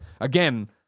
again